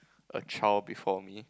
a child before me